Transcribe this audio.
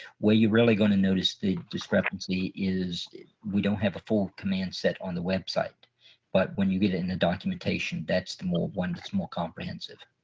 where you're really going to notice the discrepancy is we don't have a full command set on the website but when you get in the documentation that's the one that's more comprehensive.